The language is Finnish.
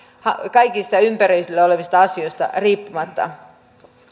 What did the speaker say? kaikista ympärillä olevista asioista riippumatta